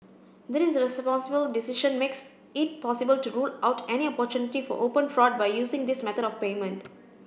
this responsible decision makes it possible to rule out any opportunity for open fraud by using this method of payment